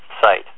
site